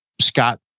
Scott